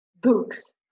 books